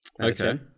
okay